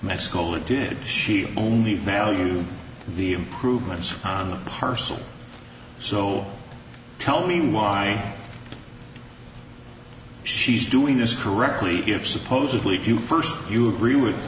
mexico did she only value the improvements on the parcel so tell me why she's doing this correctly if supposedly to you first you agree with